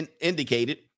indicated